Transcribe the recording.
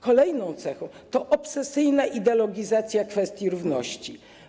Kolejną cechą jest obsesyjna ideologizacja kwestii równości.